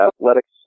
athletics